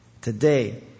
Today